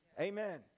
Amen